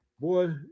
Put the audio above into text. Boy